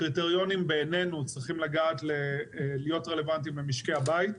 הקריטריונים בעינינו צריכים להיות רלוונטיים למשקי הבית,